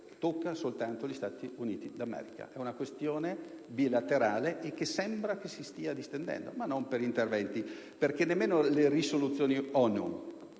tocca soltanto gli Stati Uniti d'America? È una questione bilaterale, che sembra si stia distendendo, ma non per interventi esterni; infatti, nemmeno le risoluzioni ONU